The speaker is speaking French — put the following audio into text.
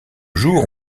jours